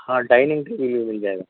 ہاں dining table بھی مل جائے گا